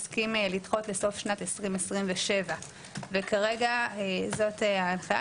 הוא הסכים לדחות לסוף שנת 2027. וכרגע זאת ההנחיה,